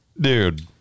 dude